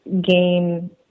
gain